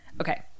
okay